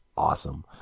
awesome